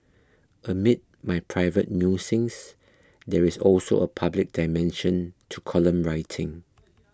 amid my private musings there is also a public dimension to column writing